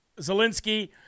Zelensky